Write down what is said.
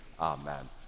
Amen